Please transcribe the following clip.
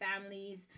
families